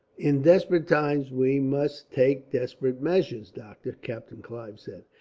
in desperate times we must take desperate measures, doctor, captain clive said.